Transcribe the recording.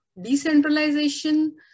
decentralization